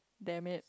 damn it